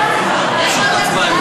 היושב-ראש.